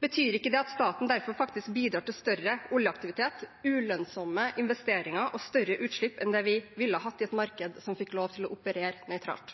Betyr ikke det at staten derfor faktisk bidrar til større oljeaktivitet, ulønnsomme investeringer og større utslipp enn det vi ville hatt i et marked som fikk lov til å operere nøytralt?